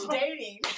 dating